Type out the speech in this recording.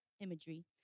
imagery